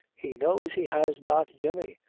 he knows he has not jemmy,